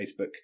Facebook